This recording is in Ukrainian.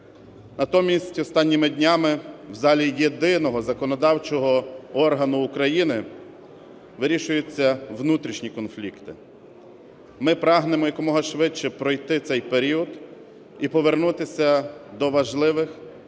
Натомість останніми днями в залі єдиного законодавчого органу України вирішуються внутрішні конфлікти. Ми прагнемо якомога швидше пройти цей період і повернутися до важливих